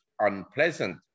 unpleasant